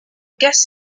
guest